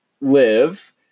live